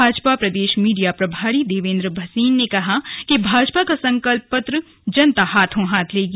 भाजपा प्रदेश मीडिया प्रभारी देवेंद्र भसीन ने कहा कि भाजपा का संकल्प पत्र जनता हाथों हाथ लेगी